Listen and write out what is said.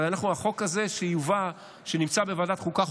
הרי החוק הזה שיובא ושנמצא בוועדת החוקה,